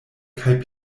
kaj